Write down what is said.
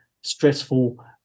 stressful